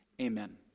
Amen